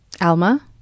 Alma